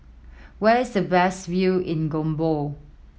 where is the best view in Gabon